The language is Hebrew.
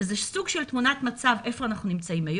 שזה סוג של תמונת מצב איפה אנחנו נמצאים היום,